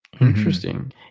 Interesting